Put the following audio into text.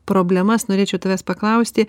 problemas norėčiau tavęs paklausti